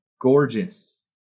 Gorgeous